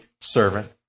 servant